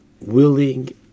willing